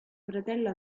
fratello